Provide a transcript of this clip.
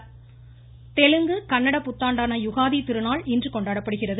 பிரதமர் யுகாதி தெலுங்கு கன்னட புத்தாண்டான யுகாதி திருநாள் இன்று கொண்டாடப்படுகிறது